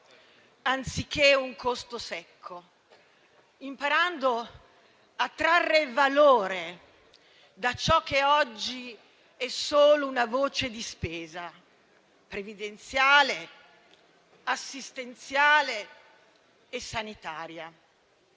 anziché un costo secco, imparando a trarre valore da ciò che oggi è solo una voce di spesa previdenziale, assistenziale e sanitaria.